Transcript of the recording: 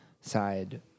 side